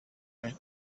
night